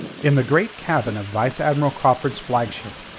in the great cabin of vice-admiral craufurd's flagship,